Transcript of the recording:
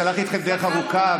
שהלך איתכם דרך ארוכה,